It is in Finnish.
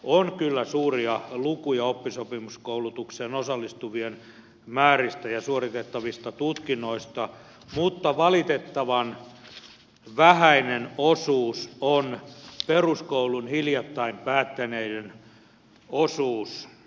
on kyllä suuria lukuja oppisopimuskoulutukseen osallistuvien määristä ja suoritettavista tutkinnoista mutta valitettavan vähäinen osuus on peruskoulun hiljattain päättäneiden osuus oppisopimuskoulutettavista